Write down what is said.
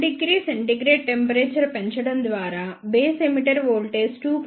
10 C temperature పెంచడం ద్వారా base emitter voltage 2